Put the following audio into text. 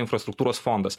infrastruktūros fondas